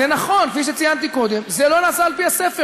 זה נכון, כפי שציינתי קודם, זה לא נעשה לפי הספר.